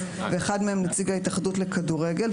ואחד מהם נציג ההתאחדות לכדורגל,